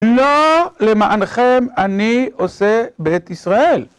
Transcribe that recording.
לא למענחם אני עושה בית ישראל.